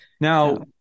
Now